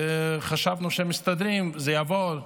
וחשבנו שמסתדרים, זה יעבור,